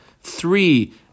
three